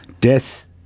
death